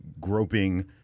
groping